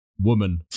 woman